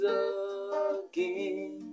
again